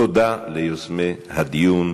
תודה ליוזמי הדיון.